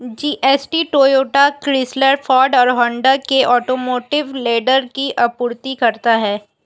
GST Toyota, Chrysler, Ford और Honda के automotive leather की आपूर्ति करता है